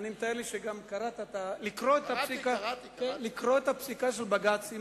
ואני מקווה שקראת, לקרוא את הפסיקה של בג"ץ.